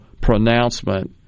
pronouncement